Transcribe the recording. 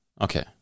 Okay